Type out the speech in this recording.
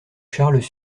charles